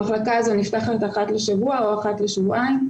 המחלקה הזאת נפתחת אחת לשבוע או אחת לשבועיים,